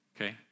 Okay